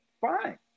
Fine